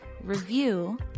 review